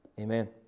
Amen